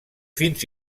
fins